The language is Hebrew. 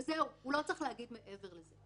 וזהו, הוא לא צריך להגיד מעבר לזה.